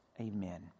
Amen